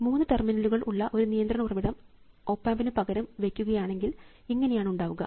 മൂന്ന് ടെർമിനലുകൾ ഉള്ള ഒരു നിയന്ത്രണ ഉറവിടം ഓപ് ആമ്പിനു പകരം വയ്ക്കുകയാണെങ്കിൽ ഇങ്ങനെയാണ് ഉണ്ടാവുക